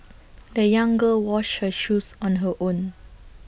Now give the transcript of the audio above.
the young girl washed her shoes on her own